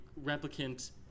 replicant